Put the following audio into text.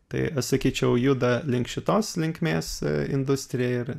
tai aš sakyčiau juda link šitos linkmės industrija ir